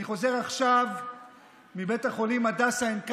אני חוזר עכשיו מבית החולים הדסה עין כרם,